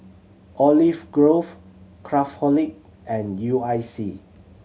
Olive Grove Craftholic and U I C